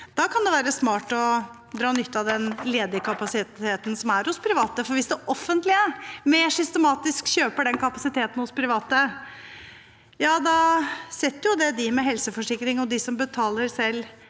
Da kan det være smart å dra nytte av den ledige kapasiteten som er hos private. Hvis det offentlige mer systematisk kjøper den kapasiteten hos private, setter det dem med helseforsikring og dem som betaler selv,